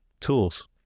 tools